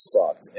fucked